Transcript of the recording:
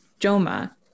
Joma